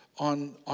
on